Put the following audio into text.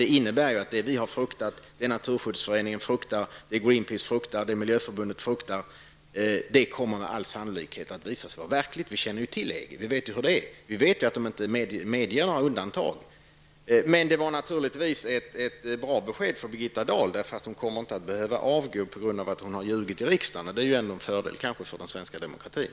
Det innebär att det vi har fruktat, det Naturskyddsföreningen fruktar, det Greenpeace fruktar, det Miljöförbundet fruktar med all sannolikhet kommer att visa sig vara verkligt. Vi känner ju till EG. Vi vet hur det är. Vi vet att de inte medger några undantag. Men det var naturligtvis ett bra besked från Birgitta Dahl. Hon kommer inte att behöva avgå på grund av att hon har ljugit i riksdagen. Det är kanske en fördel för den svenska demokratin.